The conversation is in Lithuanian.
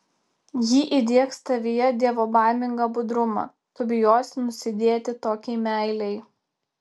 ji įdiegs tavyje dievobaimingą budrumą tu bijosi nusidėti tokiai meilei